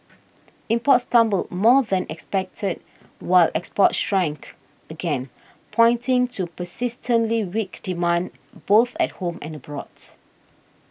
imports tumbled more than expected while exports shrank again pointing to persistently weak demand both at home and abroads